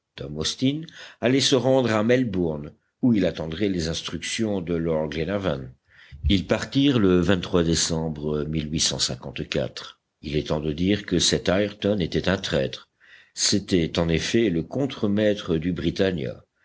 allait se rendre à melbourne où il attendrait les instructions de lord glenarvan ils partirent le décembre il est temps de dire que cet ayrton était un traître c'était en effet le contre-maître du